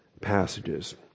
passages